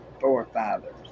forefathers